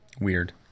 weird